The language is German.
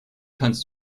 kannst